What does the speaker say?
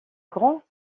grand